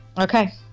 okay